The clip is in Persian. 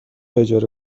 اجاره